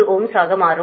3Ω ஆகவும் மாறும்